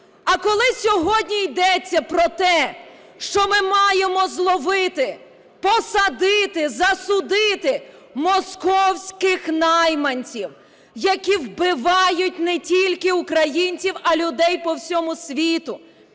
А коли сьогодні йдеться про те, що ми маємо зловити, посадити, засудити московських найманців, які вбивають не тільки українців, а людей по всьому світу,